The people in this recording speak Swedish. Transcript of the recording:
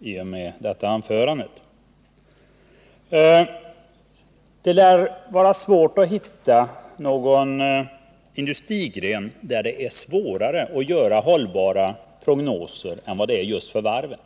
i och med detta anförande gå in på sista varvet. Det lär inte vara lätt att hitta någon industrigren, där det är svårare att göra hållbara prognoser än vad det är för just varven.